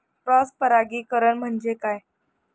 Cross परागीकरण म्हणजे काय?